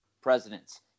presidents